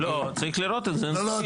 אפשר לראות אותם?